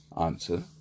Answer